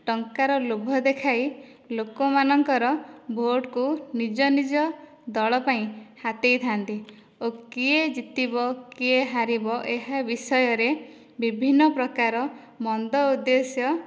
ଟଙ୍କାର ଲୋଭ ଦେଖାଇ ଲୋକମାନଙ୍କର ଭୋଟ କୁ ନିଜ ନିଜ ଦଳପାଇଁ ହାତେଇଥାନ୍ତି ଓ କିଏ ଜିତିବ କିଏ ହାରିବ ଏହା ବିଷୟରେ ବିଭିନ୍ନ ପ୍ରକାର ମନ୍ଦ ଉଦ୍ଦେଶ୍ୟ